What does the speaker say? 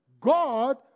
God